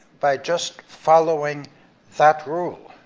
by just following that rule.